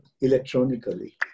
electronically